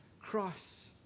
cross